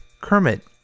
Kermit